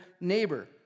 neighbor